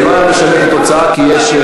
זה לא היה משנה את התוצאה כי יש,